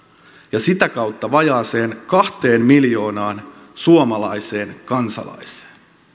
ja sitä kautta vajaaseen kahteen miljoonaan suomalaiseen kansalaiseen